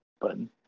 button